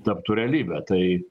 taptų realybe tai